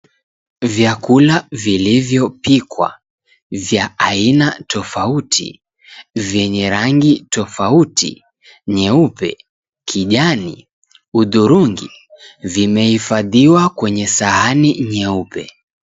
Vyakula vilivyopikwa vya aina tofauti vyenye rangi tofauti, nyeupe, kijani, hudhurungi, vimehifadhiwa kwenye sahani nyeupe.